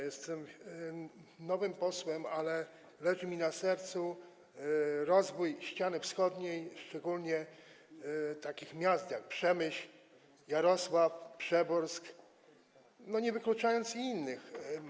Jestem nowym posłem, ale leży mi na sercu rozwój ściany wschodniej, szczególnie takich miast, jak: Przemyśl, Jarosław, Przeworsk, nie wykluczając i innych.